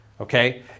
Okay